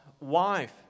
wife